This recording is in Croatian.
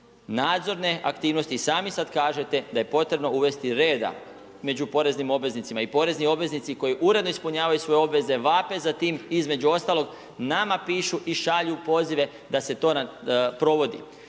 nadzorne aktivnosti i sami sad kažete da je potrebno uvesti reda među poreznim obveznicima. I porezni obveznici koji uredno ispunjavaju svoje obveze vape za tim između ostalog nama pišu i šalju pozive da se to provodi.